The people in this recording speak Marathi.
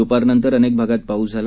द्पारनंतर अनेक भागात पाऊस झाला